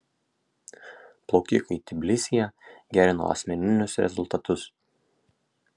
plaukikai tbilisyje gerino asmeninius rezultatus